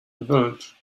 divulge